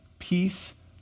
peace